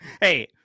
Hey